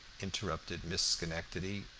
interrupted miss schenectady.